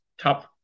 top